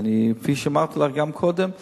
וכפי שאמרתי לך גם קודם,